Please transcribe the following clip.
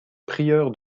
prieur